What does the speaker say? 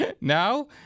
Now